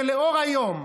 שלאור היום,